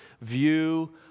view